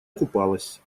купалась